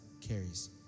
carries